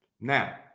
Now